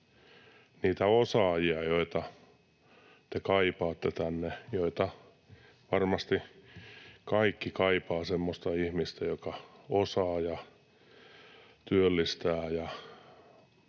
niitä osaajia, joita te kaipaatte tänne, joita varmasti kaikki kaipaavat — semmoista ihmistä, joka osaa ja työllistää